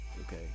Okay